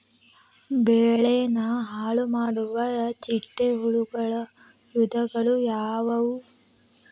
ಬೆಳೆನ ಹಾಳುಮಾಡುವ ಚಿಟ್ಟೆ ಹುಳುಗಳ ವಿಧಗಳು ಯಾವವು?